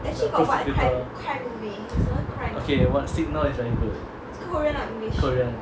prosecutor okay what signal is damn good korean